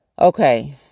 okay